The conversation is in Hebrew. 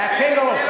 להקל ראש,